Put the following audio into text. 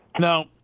No